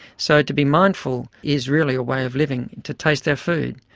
so to be mindful is really a way of living, to taste our food,